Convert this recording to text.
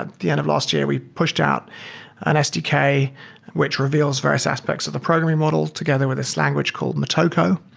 ah the end of last year, we pushed out an sdk which reveals various aspects of the programming model together this language called motoko.